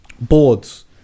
boards